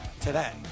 today